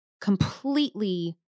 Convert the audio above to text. completely